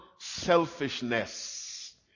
Selfishness